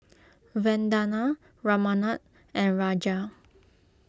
Vandana Ramanand and Raja